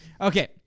Okay